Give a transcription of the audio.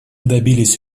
добились